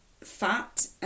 fat